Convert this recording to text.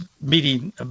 meeting